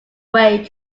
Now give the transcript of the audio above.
way